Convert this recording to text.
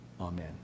Amen